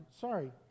sorry